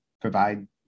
provide